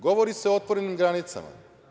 Govori se o otvorenim granicama.